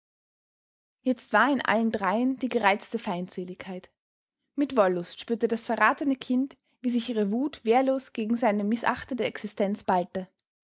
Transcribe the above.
jetzt war in allen dreien die gereizte feindseligkeit mit wollust spürte das verratene kind wie sich ihre wut wehrlos gegen seine mißachtete existenz ballte